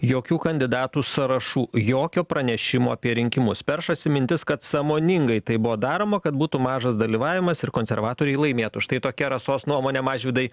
jokių kandidatų sąrašų jokio pranešimo apie rinkimus peršasi mintis kad sąmoningai tai buvo daroma kad būtų mažas dalyvavimas ir konservatoriai laimėtų štai tokia rasos nuomonė mažvydai